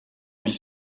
huit